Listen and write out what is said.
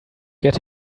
get